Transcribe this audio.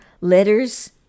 letters